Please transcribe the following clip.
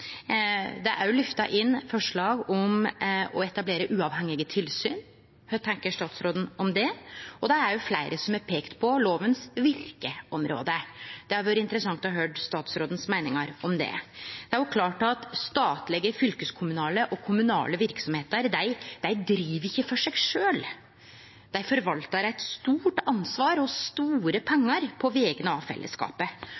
Det har òg vore løfta inn forslag om å etablere uavhengige tilsyn. Kva tenkjer statsråden om det? Det er òg fleire som har peikt på verkeområdet til lova. Det hadde vore interessant å høyre statsråden sine meiningar om det. Det er klart at statlege, fylkeskommunale og kommunale verksemder ikkje driv for seg sjølve; dei forvaltar eit stort ansvar og store